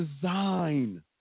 design